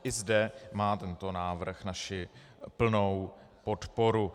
I zde má tento návrh naši plnou podporu.